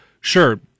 Sure